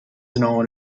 known